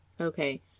Okay